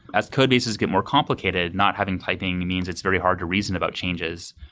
as codebases get more complicated, not having typing means it's very hard to reason about changes.